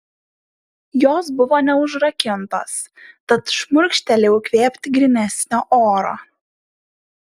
jos buvo neužrakintos tad šmurkštelėjau įkvėpti grynesnio oro